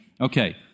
Okay